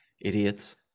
Idiots